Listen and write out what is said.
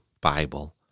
Bible